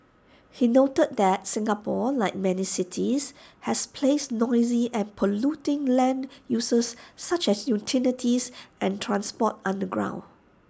he noted that Singapore like many cities has placed noisy and polluting land uses such as utilities and transport underground